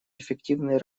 эффективной